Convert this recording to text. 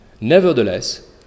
nevertheless